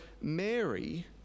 Mary